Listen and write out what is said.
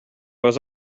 was